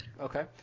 Okay